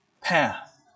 path